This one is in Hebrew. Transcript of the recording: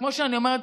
כמו שאני אומרת,